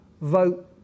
vote